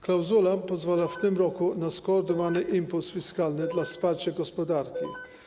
Klauzula pozwala w tym roku na skoordynowany impuls fiskalny dla wsparcia gospodarki.